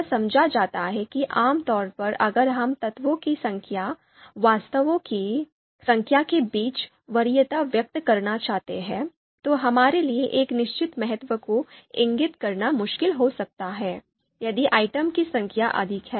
यह समझा जाता है कि आम तौर पर अगर हम तत्वों की संख्या वस्तुओं की संख्या के बीच वरीयता व्यक्त करना चाहते हैं तो हमारे लिए एक निश्चित महत्व को इंगित करना मुश्किल हो सकता है यदि आइटम की संख्या अधिक है